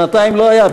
שנתיים לא היה,